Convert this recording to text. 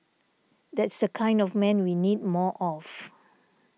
that's the kind of man we need more of